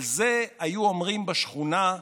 על זה היו אומרים בשכונה: